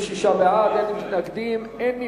26 בעד, אין מתנגדים, אין נמנעים.